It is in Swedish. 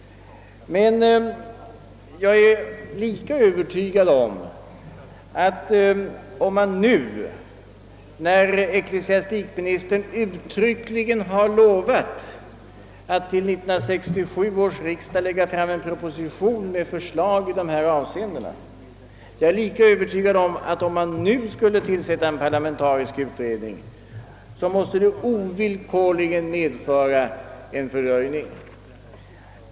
Men jag är lika övertygad om att ett tillsättande av en parlamentarisk utredning nu, när ecklesiastikministern uttryckligen har lovat att till 1967 års riksdag lägga fram en proposition med förslag i dessa avseenden, ovillkorligen måste medföra en fördröjning av frågan.